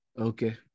Okay